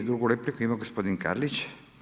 I drugu repliku ima gospodin Karlić.